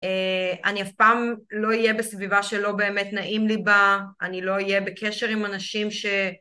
אני אף פעם לא אהיה בסביבה שלא באמת נעים לי בה, אני לא אהיה בקשר עם אנשים ש...